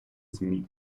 змі